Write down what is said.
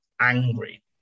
angry